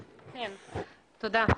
כן, תודה.